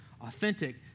Authentic